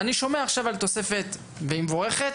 אני שומע עכשיו על תוספת די מבורכת,